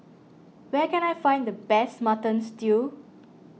where can I find the best Mutton Stew